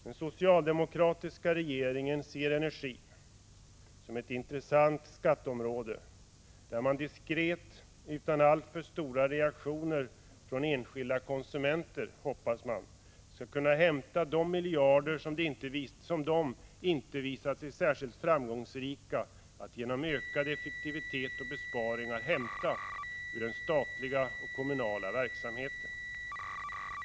Den socialdemokratiska regeringen ser energin som ett intressant skatteområde, där man diskret — utan alltför stora reaktioner från enskilda konsumenter, hoppas man — skall kunna hämta de miljarder som den inte visat sig särskilt framgångsrik på att genom ökad effektivitet och besparingar hämta ur den statliga och kommunala verksamheten.